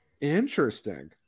Interesting